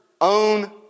own